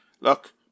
Look